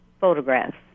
photographs